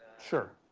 sure.